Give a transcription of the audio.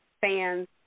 fans